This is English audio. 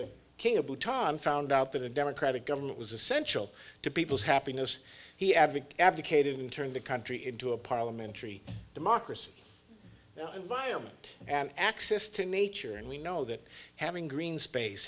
bhutan found out that a democratic government was essential to people's happiness he added abdicated in turn the country into a parliamentary democracy now environment and access to nature and we know that having green space